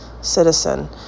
citizen